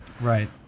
right